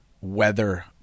weather